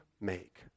make